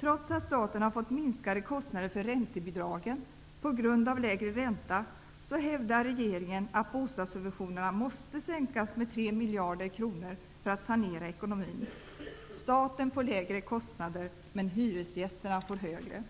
Trots att staten har fått minskade kostnader för räntebidragen på grund av lägre ränta, hävdar regeringen att bostadssubventionerna måste sänkas med tre miljarder kronor för att sanera ekonomin. Staten får lägre kostnader, men hyresgästerna får högre.